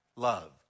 love